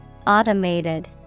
Automated